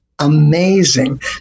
amazing